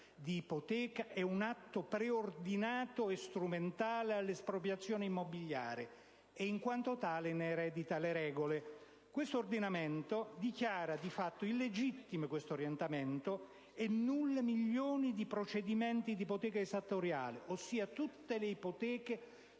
di ipoteca è un atto preordinato e strumentale all'espropriazione immobiliare e, in quanto tale, ne eredita le regole. Questo orientamento dichiara di fatto illegittimi e nulli milioni di procedimenti d'ipoteca esattoriale, ossia tutte le ipoteche